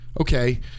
okay